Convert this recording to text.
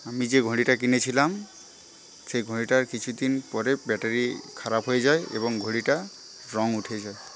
আমি যে ঘড়িটা কিনেছিলাম সেই ঘড়িটার কিছুদিন পরে ব্যাটারি খারাপ হয়ে যায় এবং ঘড়িটা রঙ উঠে যায়